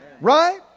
Right